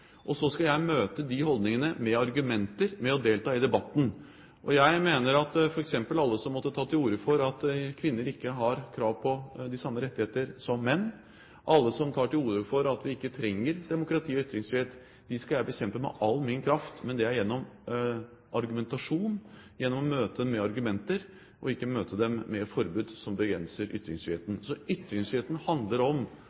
Så skal jeg møte de holdningene med argumenter, med å delta i debatten. Alle som f.eks. måtte ta til orde for at kvinner ikke har krav på de samme rettighetene som menn, alle som tar til orde for at vi ikke trenger demokrati og ytringsfrihet, skal jeg bekjempe med all min kraft, men det er gjennom argumentasjon. Vi skal møte de holdningene med argumenter, ikke med et forbud som begrenser ytringsfriheten. Ytringsfriheten handler om